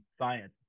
science